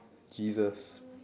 Jesus